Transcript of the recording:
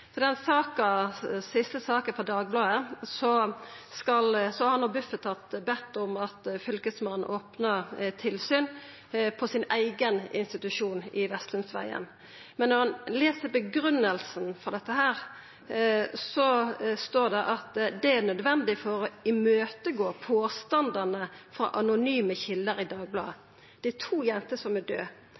den siste saka frå Dagbladet har no Bufetat bedd om at Fylkesmannen opnar tilsyn på sin eigen institusjon i Vestlundveien. Men når ein les grunngjevinga for dette, står det at det er «nødvendig for å imøtegå påstander fra anonyme kilder i Dagbladet». Det er to jenter som er